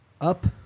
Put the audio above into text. up